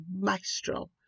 maestro